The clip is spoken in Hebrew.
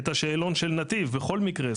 את השאלון של "נתיב", בכל מקרה.